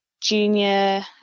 junior